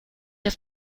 auf